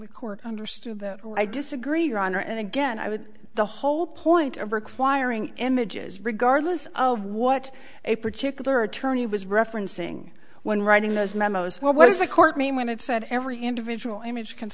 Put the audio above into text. the court understood that i disagree your honor and again i would the whole point of requiring images regardless of what a particular attorney was referencing when writing those memos what was the court mean when it said every individual image can